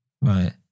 Right